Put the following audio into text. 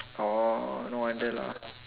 oh no wonder lah